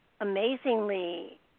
amazingly